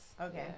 Okay